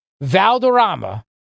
Valderrama